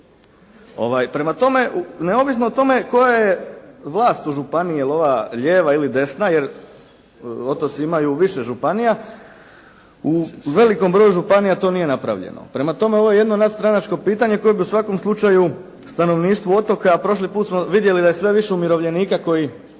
Prema tome, neovisno o tome koja je vlast u županiji je li ova lijeva ili desna jer otoci imaju više županija, u velikom broju županija to nije napravljeno. Prema tome, ovo je jedno nadstranačko pitanje koje bi u svakom slučaju stanovništvu otoka, a prošli put smo vidjeli da je sve više umirovljenika koji